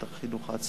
את החינוך העצמאי,